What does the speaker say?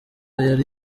yari